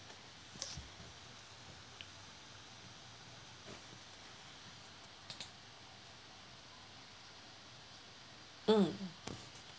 mm